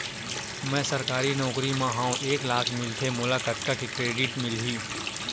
मैं सरकारी नौकरी मा हाव एक लाख मिलथे मोला कतका के क्रेडिट मिलही?